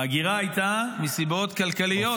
וההגירה הייתה מסיבות כלכליות,